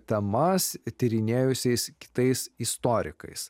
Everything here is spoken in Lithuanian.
temas tyrinėjusiais kitais istorikais